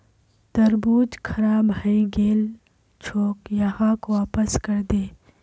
तरबूज खराब हइ गेल छोक, यहाक वापस करे दे